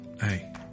Hey